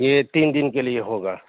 یہ تین دن کے لیے ہوگا